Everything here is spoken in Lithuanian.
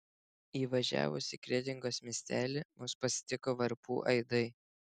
įvažiavus į kretingos miestelį mus pasitiko varpų aidai